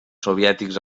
soviètics